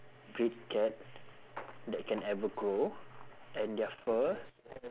great cat that can ever grow and their fur